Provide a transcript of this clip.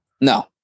No